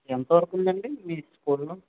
ఎంతవరకు ఉందండి మీ స్కూల్లో